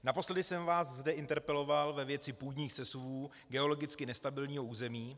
Naposledy jsem vás zde interpeloval ve věci půdních sesuvů geologicky nestabilního území.